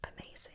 amazing